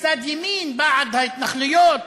מצד ימין בעד ההתנחלויות